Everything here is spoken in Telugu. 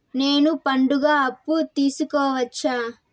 నేను పండుగ అప్పు తీసుకోవచ్చా?